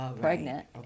pregnant